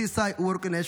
סיסאי ווורקנש,